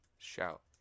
Shout